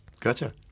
Gotcha